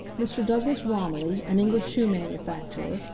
mr. douglas romilly, an english shoe manufacturer,